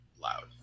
loud